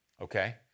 Okay